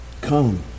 Come